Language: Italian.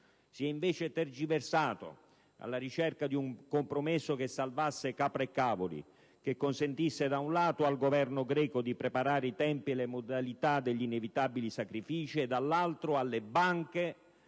Si è, invece, tergiversato alla ricerca di un compromesso che salvasse capre e cavoli, che consentisse, da un lato, al Governo greco di preparare i tempi e le modalità degli inevitabili sacrifici e, dall'altro, alle banche